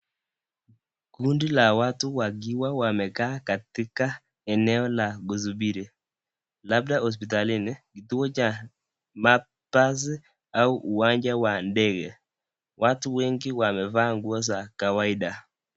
Kundi la watu wakiwa wamekaa katika eneo la kusubiri, labda hospitalini. Kituo cha mabasi au uwanja wa ndege. Watu wengi wamevaa nguo za kawaida.